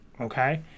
okay